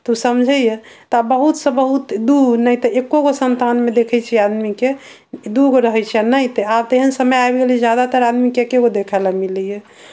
तऽ ओ समझैया तऽ बहुतसँ बहुत दू नहि तऽ एगो संतानमे देखैत छियै आदमीके दू गो रहैत छै आ नहि तऽ आब तेहन समय आबि गेलै जादातर आदमीके एके गो देखऽ लऽ मिलैया